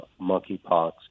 monkeypox